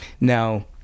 Now